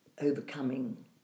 overcoming